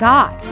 God